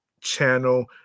channel